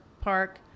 park